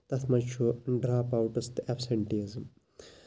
تَتھ منٛز چھُ ڈراپ اَوُٹٔس تہٕ اٮ۪پسینٹیٖز